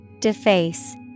Deface